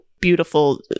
Beautiful